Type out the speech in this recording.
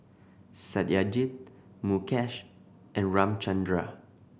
Satyajit Mukesh and Ramchundra